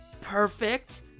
Perfect